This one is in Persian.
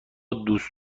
دوست